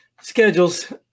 schedules